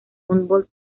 humboldt